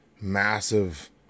massive